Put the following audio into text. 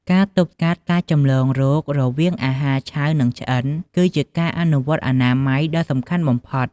ការទប់ស្កាត់ការចម្លងរោគ្គរវាងអាហារឆៅ និងឆ្អិន គឺជាការអនុវត្តអនាម័យដ៏សំខាន់បំផុត។